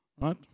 Right